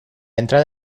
entrada